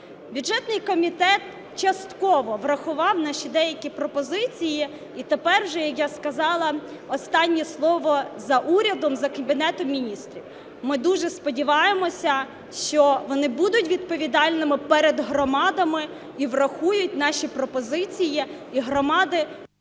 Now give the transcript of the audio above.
Бюджетний комітет частково врахував наші деякі пропозиції. І тепер вже, як я сказала, останнє слово за урядом, за Кабінетом Міністрів. Ми дуже сподіваємося, що вони будуть відповідальними перед громадами і врахують наші пропозиції і громади…